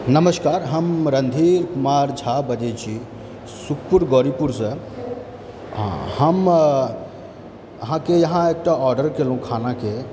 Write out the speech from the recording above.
नमस्कार हम रणधीर कुमार झा बजै छी सुखपुर गौरीपुरसँ हम अहाँकेँ एहिठाम एकटा आर्डर केलहुँ खानाके